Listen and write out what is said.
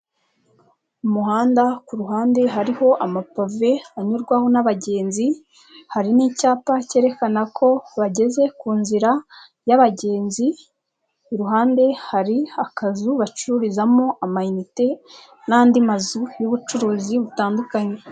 Umuhanda ku ruhande hariho amapave anyurwaho n'abagenzi hari n'icyapa kerekana ko bageze ku nzira y'abagenzi, iruhande hari akazu bacururizamo amayinite n'andi mazu y'ubucuruzi butandukanye.